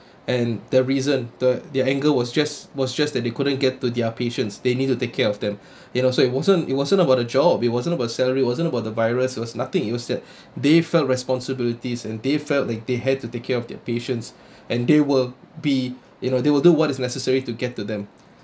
and their reason the their anger was just was just that they couldn't get to their patients they need to take care of them you know so it wasn't it wasn't about the job it wasn't about salary wasn't about the virus was nothing they'll say they felt responsibilities and they felt like they had to take care of their patients and they will be you know they will do what is necessary to get to them